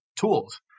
tools